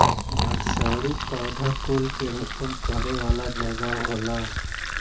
nursery पौधा कुल के रोपण करे वाला जगह होला